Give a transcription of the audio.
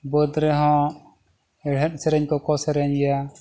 ᱵᱟᱹᱫᱽ ᱨᱮᱦᱚᱸ ᱦᱮᱲᱦᱮᱫ ᱥᱮᱨᱮᱧ ᱠᱚᱠᱚ ᱥᱮᱨᱮᱧ ᱜᱮᱭᱟ